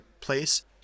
place